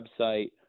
website